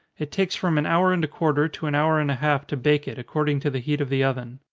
it takes from an hour and a quarter to an hour and a half to bake it, according to the heat of the oven.